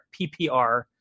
PPR